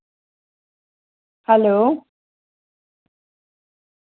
hello